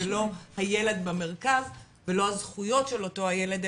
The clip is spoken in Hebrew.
ולא הילד במרכז ולא הזכויות של אותו הילד,